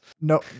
No